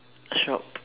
a shop